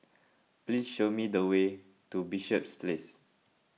please show me the way to Bishops Place